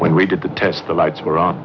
when we did the test the lights were on